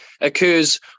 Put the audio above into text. occurs